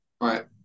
right